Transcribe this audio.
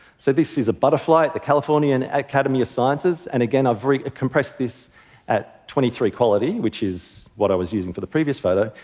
so this is a butterfly at the californian academy of sciences. and again, i've compressed this at twenty three quality, which is what i was using for the previous photo.